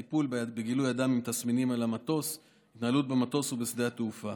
טיפול בגילוי אדם עם תסמינים על המטוס והתנהלות במטוס ובשדה התעופה.